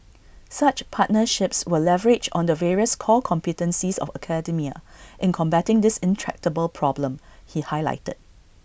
such partnerships will leverage on the various core competencies of academia in combating this intractable problem he highlighted